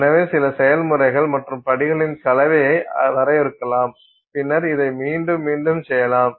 எனவே சில செயல்முறைகள் மற்றும் படிகளின் கலவையை வரையறுக்கலாம் பின்னர் இதை மீண்டும் மீண்டும் செய்யலாம்